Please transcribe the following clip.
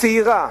צעירה